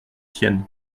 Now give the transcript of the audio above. siennes